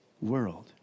world